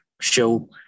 show